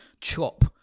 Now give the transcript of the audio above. chop